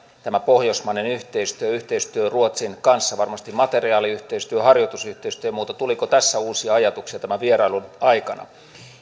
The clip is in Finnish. tämä pohjoismainen yhteistyö yhteistyö ruotsin kanssa varmasti materiaaliyhteistyö harjoitusyhteistyö ja muu tuliko tässä uusia ajatuksia tämän vierailun aikana